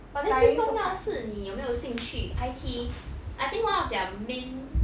but then 最重要是你有没有兴趣 I_T I think one of their main